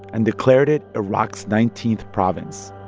and declared it iraq's nineteenth province.